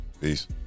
peace